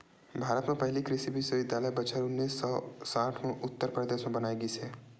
भारत म पहिली कृषि बिस्वबिद्यालय बछर उन्नीस सौ साठ म उत्तर परदेस म बनाए गिस हे